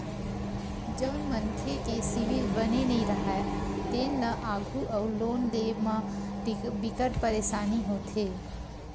जउन मनखे के सिविल बने नइ राहय तेन ल आघु अउ लोन लेय म बिकट परसानी होथे